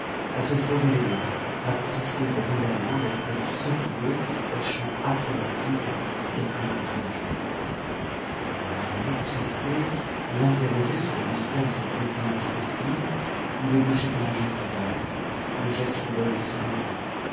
à se frotter les mains à pouffer bruyamment la tête secouée des hochements approbatifs d'un petit gâteux content de vivre et quand lahrier crispé l'interrogeait sur le mystère de cette gaîté intempestive il ébauchait un geste vague le geste de l'homme qui se comprend